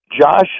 Josh